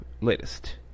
latest